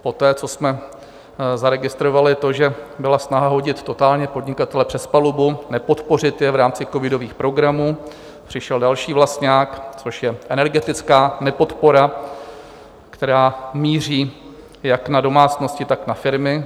Poté co jsme zaregistrovali to, že byla snaha hodit totálně podnikatele přes palubu, nepodpořit je v rámci covidových programů, přišel další vlastňák, což je energetická nepodpora, která míří jak na domácnosti, tak na firmy.